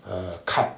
err cut